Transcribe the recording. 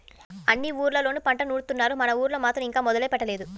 అన్ని ఊర్లళ్ళోనూ పంట నూరుత్తున్నారు, మన ఊళ్ళో మాత్రం ఇంకా మొదలే పెట్టలేదు